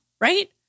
right